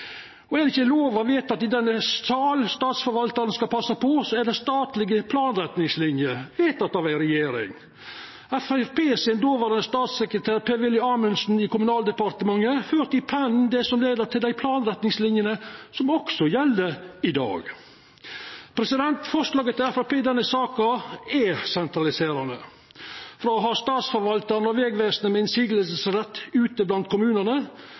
Og er det ikkje lover vedtekne i denne sal Statsforvaltarane skal passa på, er det statlege planretningslinjer, vedtekne av ei regjering. Framstegspartiets dåverande statssekretær Per-Willy Amundsen i Kommunaldepartementet førte i pennen det som leidde til dei planretningslinjene som også gjeld i dag. Forslaget til Framstegspartiet i denne saka er sentraliserande. Frå å ha Statsforvaltaren og Vegvesenet med motsegnsrett ute blant kommunane